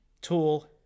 Tool